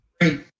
great